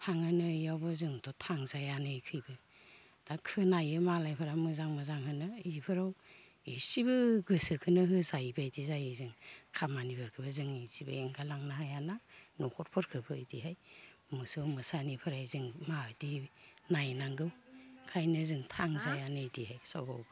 थाङोनो इयावबो जोंथ' थांजायानो इखैबो दा खोनायो मालायफोरा मोजां मोजां होनो इफोराव एसेबो गोसोखोनो होजायैबायदि जायो जों खामानिफोरखोबो जों इसेबो एंगारलांनो हायाना न'खरफोरखोबो इदिहाय मोसौ मोसानिफोराय जों मा इदि नायनांगौ ओंखायनो जों थांजायानो इदिहाय सबाव